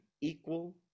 equal